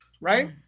right